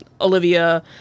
Olivia